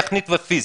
טכנית ופיזית?